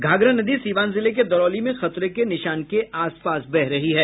घाघरा नदी सिवान जिले के दरौली में खतरे के निशान के आसपास बह रही है